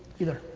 either,